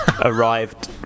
Arrived